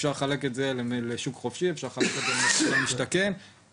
אפשר לחלק את זה לשוק חופשי ואפשר לחלק את זה למחיר למשתכן וצריך